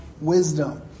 wisdom